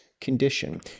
condition